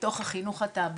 בתוך החינוך התעבורתי,